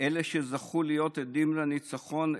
מאלה שזכו להיות עדים לניצחון,